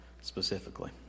specifically